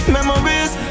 Memories